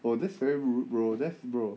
!whoa! that's very rude bro that's bro